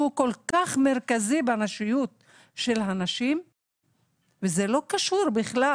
כל כך מרכזי בנשיות של הנשים וזה לא קשור בכלל.